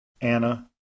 Anna